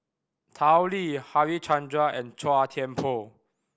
Tao Li Harichandra and Chua Thian Poh